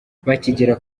bakigera